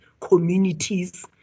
communities